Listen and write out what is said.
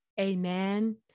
Amen